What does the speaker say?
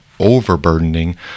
overburdening